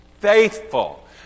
faithful